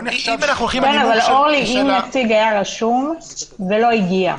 אורלי, אם נציג היה רשום ולא הגיע,